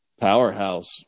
powerhouse